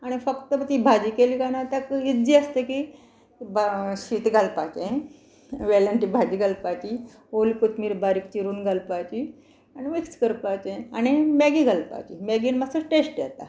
आनी फक्त ती भाजी केली काय ना ताका इजी आसता की शीत घालपाचें वेल्यान ती भाजी घालपाची ओली कोथमीर बारीक चिरून घालपाची आनी मिक्स करपाचें आनी मॅगी घालपाची मॅगीन मात्सो टेस्ट येता